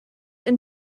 and